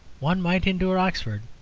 one might endure oxford,